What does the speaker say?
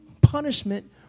punishment